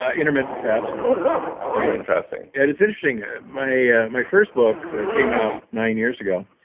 ah intermittent fasting intermittent fasting and it's interesting, ah my my first book came out nine years ago,